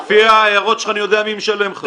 לפי ההערות שלך אני יודע מי משלם לך.